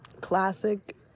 classic